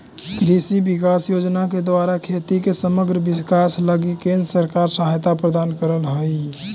कृषि विकास योजना के द्वारा खेती के समग्र विकास लगी केंद्र सरकार सहायता प्रदान करऽ हई